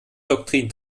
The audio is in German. doktrin